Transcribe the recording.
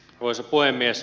arvoisa puhemies